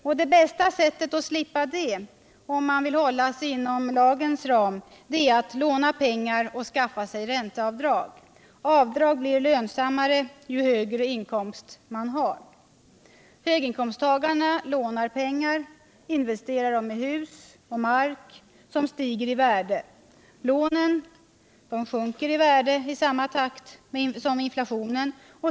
Och det bästa sättet att slippa det, om man vill hålla sig inom lagens ramar, är att låna pengar och skaffa sig ränteavdrag. Avdrag blir lönsammare ju högre inkomst man har. Höginkomsttagarna lånar pengar och investerar dem i hus och mark, som stiger i värde. Lånen däremot sjunker i värde i takt med inflationen.